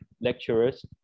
lecturers